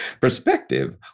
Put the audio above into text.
Perspective